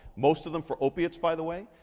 most of them for opiates, by the way.